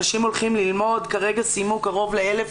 אנשים הולכים ללמוד כרגע סיימו קרוב לאלף